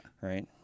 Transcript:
right